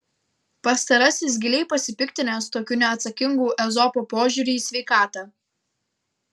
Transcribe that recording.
pastarasis giliai pasipiktinęs tokiu neatsakingu ezopo požiūriu į sveikatą